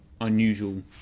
unusual